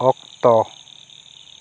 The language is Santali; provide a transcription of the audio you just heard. ᱚᱠᱛᱚ